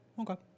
Okay